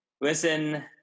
Listen